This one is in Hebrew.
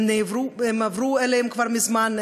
הם עברו עליהם כבר מזמן,